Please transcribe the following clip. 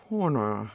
Corner